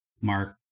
Mark